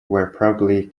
probably